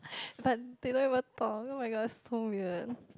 fun they don't even talk oh-my-god it's so weird